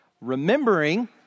remembering